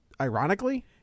Ironically